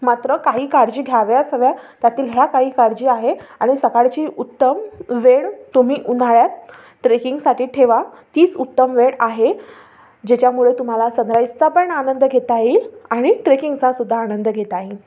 मात्र काही काळजी घ्याव्याच हव्या त्यातील ह्या काही काळजी आहे आणि सकाळची उत्तम वेळ तुम्ही उन्हाळ्यात ट्रेकिंगसाठी ठेवा तीच उत्तम वेळ आहे ज्याच्यामुळे तुम्हाला सनराइजचा पण आनंद घेता येईल आणि ट्रेकिंगचासुद्धा आनंद घेता येईल